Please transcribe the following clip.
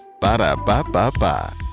Ba-da-ba-ba-ba